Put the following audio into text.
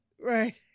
Right